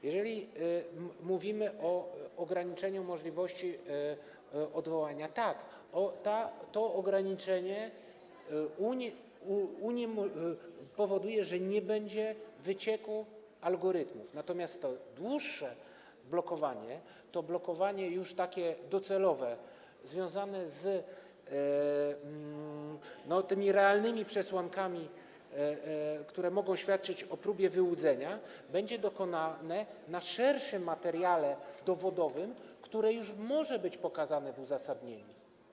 Jeżeli chodzi o ograniczenie możliwości odwołania, to ograniczenie to spowoduje, że nie będzie wycieku algorytmów, natomiast to dłuższe blokowanie, blokowanie docelowe, związane z realnymi przesłankami, które mogą świadczyć o próbie wyłudzenia, będzie dokonane na szerszym materiale dowodowym, który może być wskazany w uzasadnieniu.